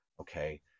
okay